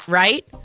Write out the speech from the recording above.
right